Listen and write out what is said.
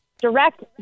direct